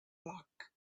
flock